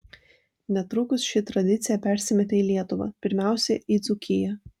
netrukus ši tradicija persimetė į lietuvą pirmiausia į dzūkiją